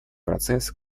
процесс